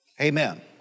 amen